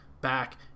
back